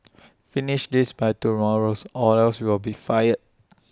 finish this by tomorrow or else you'll be fired